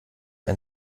ein